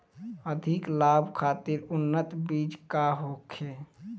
अधिक लाभ खातिर उन्नत बीज का होखे?